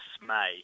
dismay